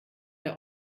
bei